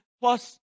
plus